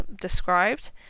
described